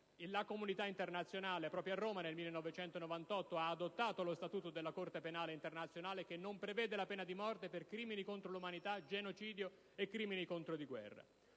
la comunità internazionale, proprio a Roma, nel 1998 ha adottato lo statuto della Corte penale internazionale, che non prevede la pena di morte per crimini contro l'umanità, genocidio e crimini di guerra.